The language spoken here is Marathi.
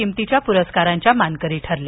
किंमतीच्यार पुरस्काकराच्या मानकरी ठरल्या